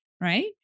Right